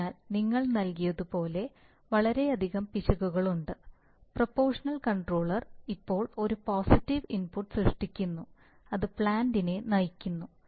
അതിനാൽ നിങ്ങൾ നൽകിയതുപോലെ വളരെയധികം പിശകുകളുണ്ട് പ്രൊപോഷണൽ കൺട്രോളർ ഇപ്പോൾ ഒരു പോസിറ്റീവ് ഇൻപുട്ട് സൃഷ്ടിക്കുന്നു അത് പ്ലാന്റിനെ നയിക്കുന്നു